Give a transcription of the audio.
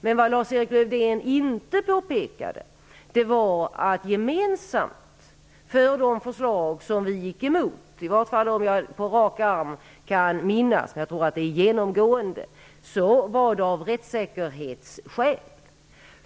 Men vad Lars-Erik Lövdén inte påpekade var att gemensamt för de förslag som vi gick emot -- i vart fall de som jag på rak arm kan minnas, men jag tror att det var genomgående -- var rättssäkerhetsskälen.